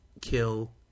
kill